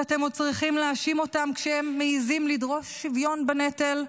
שאתם עוד צריכים להאשים אותם כשהם מעיזים לדרוש שוויון בנטל?